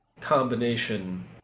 combination